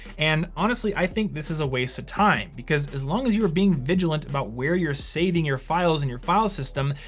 and honestly, i think this is a waste of time, because as long as you are being vigilant about where you're saving your files in your file system,